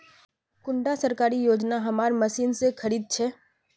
कुंडा सरकारी योजना हमार मशीन से खरीद छै?